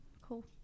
Cool